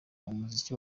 umuziki